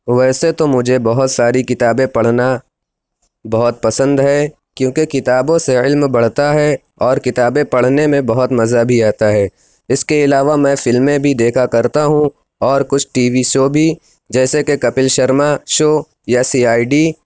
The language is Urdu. ویسے تو مجھے بہت ساری کتابیں پڑھنا بہت پسند ہے کیوں کہ کتابوں سے علم بڑھتا ہے اور کتابیں پڑھنے میں بہت مزہ بھی آتا ہے اِس کے علاوہ میں فلمیں بھی دیکھا کرتا ہوں اور کچھ ٹی وی شو بھی جیسے کے کپل شرما شو یا سی آئی ڈی